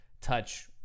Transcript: touch